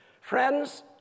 friends